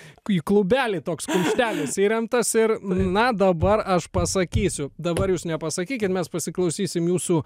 į klubelį toks kumštelis įremtas ir na dabar aš pasakysiu dabar jūs nepasakykit mes pasiklausysim jūsų